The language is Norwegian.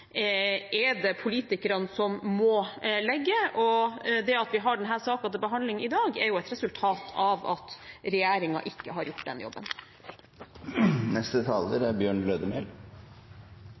er det politikerne som må legge. Det at vi har denne saken til behandling i dag, er et resultat av at regjeringen ikke har gjort den jobben.